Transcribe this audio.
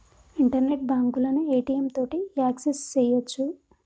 internet బాంకులను ATM తోటి access సెయ్యొచ్చు